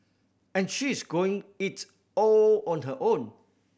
and she is going it all on her own